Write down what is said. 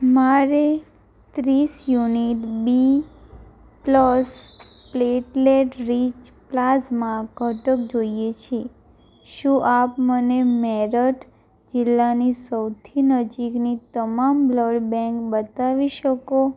મારે ત્રીસ unit B plus platelet rich plasma ઘટક જોઈએ છે શું આપ મને મેરઠ જિલ્લાની સૌથી નજીકની તમામ બ્લડ બેંક બતાવી શકો